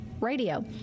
radio